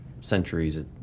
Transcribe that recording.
centuries